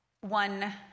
one